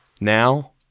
Now